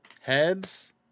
Heads